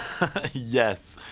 yes,